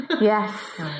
Yes